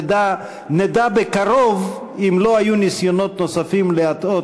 נדע בקרוב אם לא היו ניסיונות נוספים להטעות